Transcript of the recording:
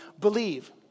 believe